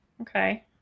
Okay